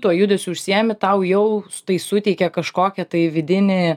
tuo judesiu užsiėmi tau jau tai suteikia kažkokį tai vidinį